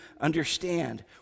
understand